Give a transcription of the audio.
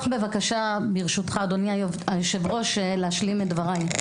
ברשותך, אדוני היושב-ראש, להשלים את דבריי,